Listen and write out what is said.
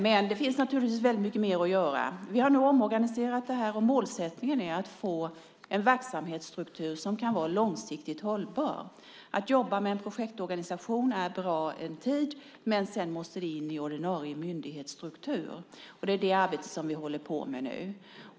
Men det finns naturligtvis mycket mer att göra. Vi har nu omorganiserat detta. Målsättningen är att få en verksamhetsstruktur som kan vara långsiktigt hållbar. Det är bra en tid att jobba med en projektorganisation, men sedan måste det hela in i en ordinarie myndighetsstruktur. Det arbetet håller vi på med nu.